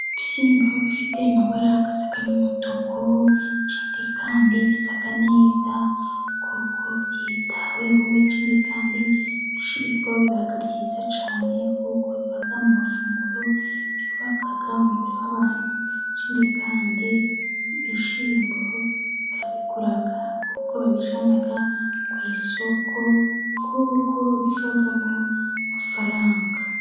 Ibishyimbo bifite amabara asa n'umutuku ikindi kandi bisa neza kuko byitaweho, ikindi kandi ibishyimbo biba byiza cyane, kuko biba mu mafunguro yubaka umubiri w'abantu ,ikindi kandi ibishyimbo barabigura kuko babijyana ku isoko, kuko bivamo amafaranga.